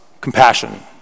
compassion